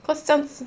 because some